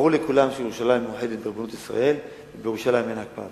ברור לכולם שירושלים מאוחדת בריבונות ישראל ובירושלים אין הקפאה.